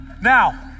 Now